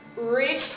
Reach